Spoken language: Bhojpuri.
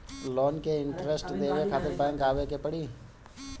लोन के इन्टरेस्ट देवे खातिर बैंक आवे के पड़ी?